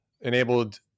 enabled